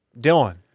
Dylan